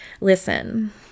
listen